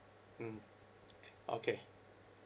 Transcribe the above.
mm okay